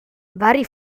vari